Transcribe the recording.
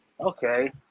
Okay